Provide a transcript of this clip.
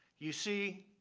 you see,